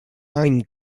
any